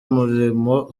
umurimo